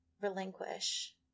relinquish